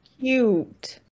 cute